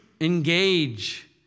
Engage